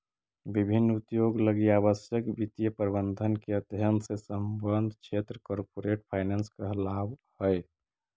विभिन्न उद्योग लगी आवश्यक वित्तीय प्रबंधन के अध्ययन से संबद्ध क्षेत्र कॉरपोरेट फाइनेंस कहलावऽ हइ